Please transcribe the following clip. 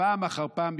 פעם אחר פעם,